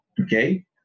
okay